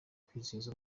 kwizihiza